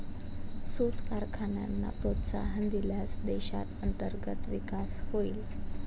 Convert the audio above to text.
सूत कारखान्यांना प्रोत्साहन दिल्यास देशात अंतर्गत विकास होईल